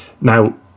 now